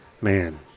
man